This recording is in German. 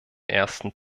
ersten